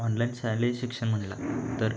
online शालेय शिक्षण म्हटलं तर